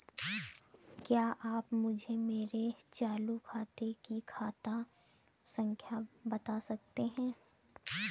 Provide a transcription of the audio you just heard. क्या आप मुझे मेरे चालू खाते की खाता संख्या बता सकते हैं?